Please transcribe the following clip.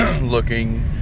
looking